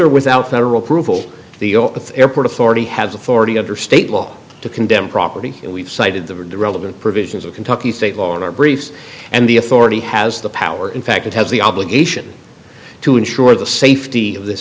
or without federal prove all the airport authority has authority under state law to condemn property and we've cited the relevant provisions of kentucky state law in our briefs and the authority has the power in fact it has the obligation to ensure the safety of this